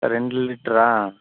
ரெண்டு லிட்ரா